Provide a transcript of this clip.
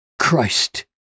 Christ